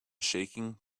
shaking